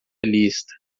lista